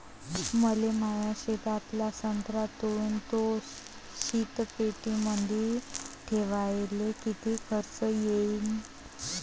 मले माया शेतातला संत्रा तोडून तो शीतपेटीमंदी ठेवायले किती खर्च येईन?